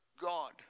God